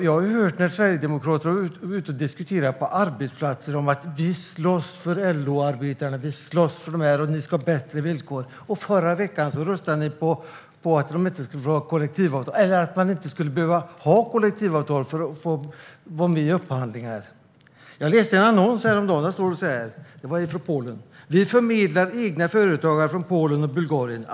Jag har hört sverigedemokrater säga ute på arbetsplatser att de slåss för LO-arbetarna och för att dessa ska ha bättre villkor - och i förra veckan röstade ni för att man inte ska behöva ha kollektivavtal för att få vara med i upphandlingar. Jag läste en annons från Polen häromdagen. Där står att företaget förmedlar egna företagare från Polen och Bulgarien.